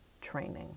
training